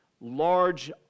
large